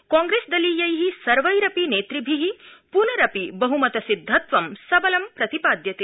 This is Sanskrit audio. कांग्रेस्दलीयै सर्वैरपि नेतृभि पूनरपि बहमत सिद्धत्वं सबलं प्रतिपाद्यते